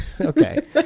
okay